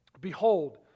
Behold